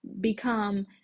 become